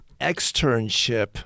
Externship